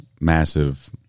massive